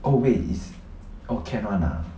oh wait is oh can one ah